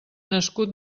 nascut